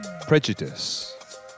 prejudice